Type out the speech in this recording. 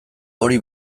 hori